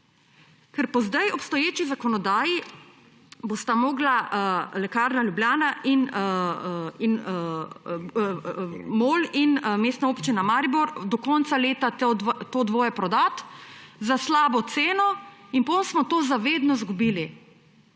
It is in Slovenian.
Ker po zdaj obstoječi zakonodaji bosta morala MOL in Mestna občina Maribor do konca leta to dvoje prodati za slabo ceno in potem smo to za vedno izgubili.